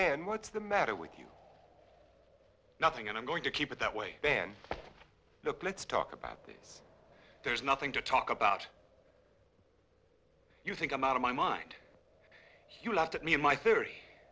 then what's the matter with you nothing and i'm going to keep it that way then look let's talk about this there's nothing to talk about you think i'm out of my mind he laughed at me in my theory